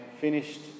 finished